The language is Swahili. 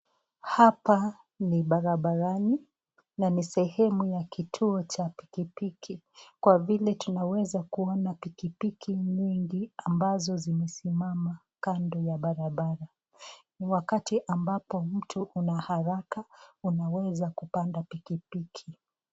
Hapa ni barabarani na ni sehemu ya kituo cha pikipiki kwa vile tunaweza kuona pikipiki mingi ambazo zimesimama kando ya barabara. Wakati ambapo mtu una haraka unaweza kupanda pikipiki.